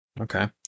Okay